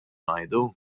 ngħidu